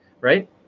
right